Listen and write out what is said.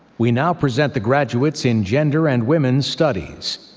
we now present the graduates in gender and women's studies.